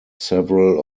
several